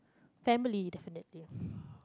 family definitely